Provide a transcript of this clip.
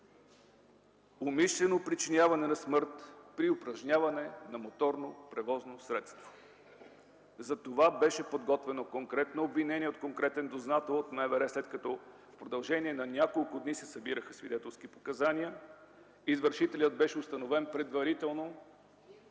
умишлено причиняване на смърт при управляване на моторно превозно средство. За това беше подготвено конкретно обвинение от дознател от Министерството на вътрешните работи. След като в продължение на няколко дни се събираха свидетелски показания, извършителят беше установен предварително.